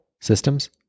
systems